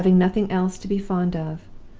having nothing else to be fond of,